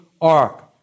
Ark